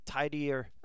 tidier